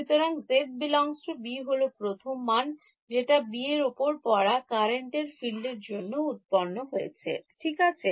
সুতরাং z ∈ B হল প্রথম মান যেটা B র ওপর পড়া current A এর field এর জন্য উৎপন্ন হয়েছে ঠিক আছে